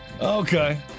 Okay